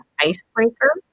icebreaker